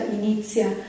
inizia